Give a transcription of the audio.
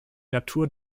natur